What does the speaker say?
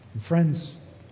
Friends